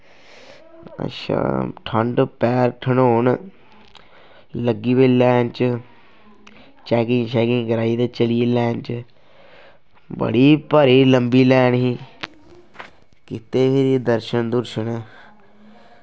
अच्छा ठंड पैर ठंडोन लग्गी पे लैन च चैकिंग शैकिंग कराई ते चली गे लैन च बड़ी भारी लंबी लैन ही कीते फ्ही दर्शन दुर्शन